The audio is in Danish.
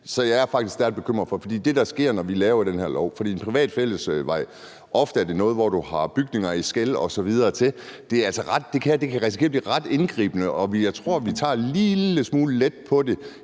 faktisk stærkt bekymret for det, der sker, når vi laver den her lov. Private fællesveje er ofte noget med, at du har bygninger i skel osv. Det kan altså risikere at blive ret indgribende, og jeg tror, at vi tager en lille smule let på det